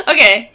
Okay